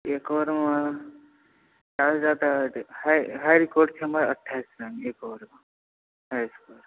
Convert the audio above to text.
एक ओवरमे जादासँ जादा हाई स्कोर छै हमर अट्ठाइस रन हाई स्कोर